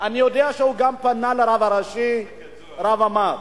אני יודע שהוא גם פנה לרב הראשי הרב עמאר.